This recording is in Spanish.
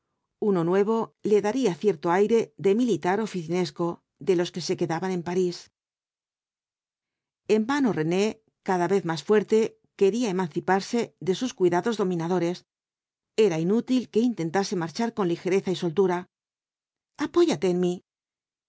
uno nuevo le daría cierto aire de militar oficinesco de los que se quedaban en parís bis v blasco ibáñhia en vano rene cada vez más fuerte quería emanciparse de sus cuidados dominadores era inútil que intentase marchar con ligereza y soltura apóyate en mí